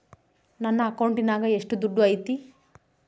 ನನ್ನ ಅಕೌಂಟಿನಾಗ ಎಷ್ಟು ದುಡ್ಡು ಐತಿ?